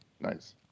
Nice